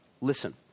listen